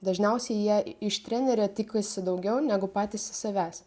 dažniausiai jie iš trenerio tikisi daugiau negu patys savęs